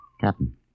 Captain